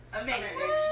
amazing